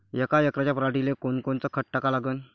यका एकराच्या पराटीले कोनकोनचं खत टाका लागन?